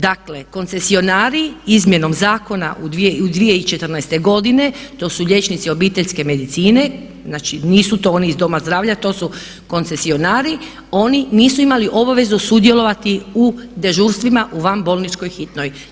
Dakle, koncesionari izmjenom zakona 2014. godine to su liječnici obiteljske medicine, znači nisu to oni iz doma zdravlja, to su koncesionari, oni nisu imali obvezu sudjelovati u dežurstvima u van bolničkoj hitnoj.